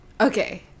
Okay